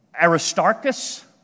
Aristarchus